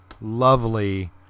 lovely